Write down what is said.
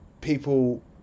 people